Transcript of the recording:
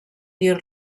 dir